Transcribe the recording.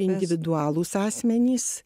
individualūs asmenys